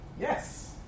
Yes